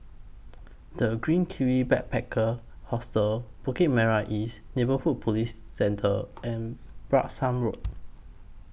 The Green Kiwi Backpacker Hostel Bukit Merah East Neighbourhood Police Centre and Branksome Road